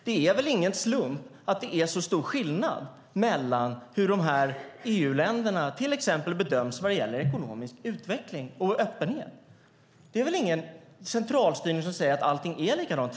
Det är väl ingen slump att det är så stor skillnad i fråga om hur de här EU-länderna till exempel bedöms vad det gäller ekonomisk utveckling och öppenhet? Det är ingen centralstyrning som säger att allting är likadant.